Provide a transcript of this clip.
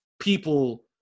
people